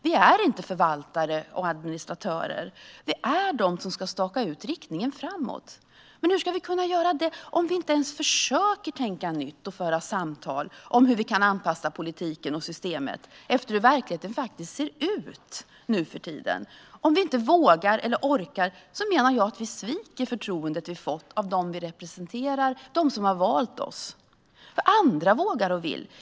Vi är inte förvaltare och administratörer. Vi ska staka ut riktningen framåt. Men hur ska vi kunna göra det om vi inte ens försöker att tänka nytt och föra samtal om hur politiken och systemet kan anpassas efter hur verkligheten ser ut nu för tiden? Om vi inte vågar eller orkar menar jag att vi sviker det förtroende som vi har fått av dem som vi representerar, av dem som har valt oss. Andra vågar och vill.